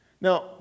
now